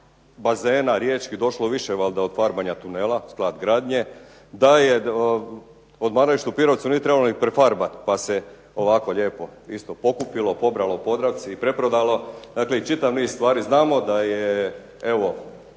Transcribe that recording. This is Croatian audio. bazena riječkih došlo više valjda od farbanja tunela "SKLAD GRADNJE", da odmaralište u Pirovcu nije trebalo ni prefarbat pa se ovako lijepo isto pokupilo, pobralo u "Podravci" i preprodalo. Dakle, čitav niz stvari. Znamo da je